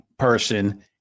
Person